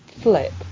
flip